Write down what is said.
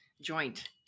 joint